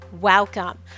welcome